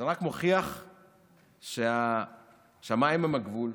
זה רק מוכיח שהשמיים הם הגבול,